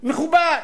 מכובד,